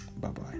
Bye-bye